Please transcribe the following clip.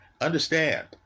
understand